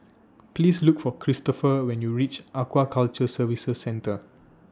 Please Look For Kristopher when YOU REACH Aquaculture Services Centre